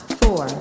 four